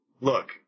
Look